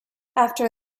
after